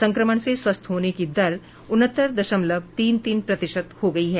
संक्रमण से स्वस्थ होने की दर उनहत्तर दशमलव तीन तीन प्रतिशत हो गई है